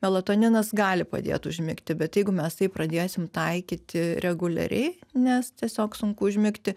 melatoninas gali padėt užmigti bet jeigu mes tai pradėsim taikyti reguliariai nes tiesiog sunku užmigti